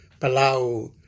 Palau